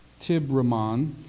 Tibramon